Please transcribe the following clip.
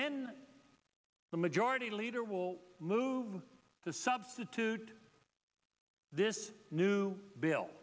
then the majority leader will move to substitute this new bill